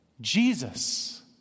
Jesus